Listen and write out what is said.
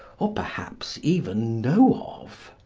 or perhaps even know of.